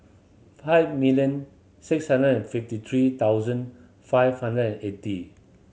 five million six hundred and fifty three thousand five hundred and eighty